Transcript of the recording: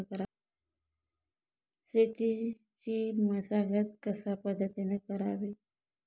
शेतीची मशागत कशापद्धतीने करावी?